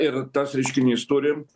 ir tas reiškinys turim